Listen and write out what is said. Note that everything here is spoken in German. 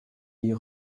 die